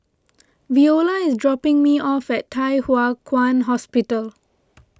Veola is dropping me off at Thye Hua Kwan Hospital